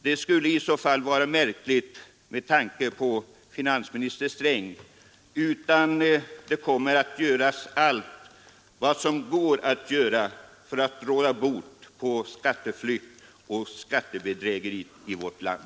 Det vore annars märkligt med tanke på finansminister Strängs inställning. Man kommer säkert att göra allt som går att göra för att råda bot på skatteflykt och skattebedrägeri i vårt land.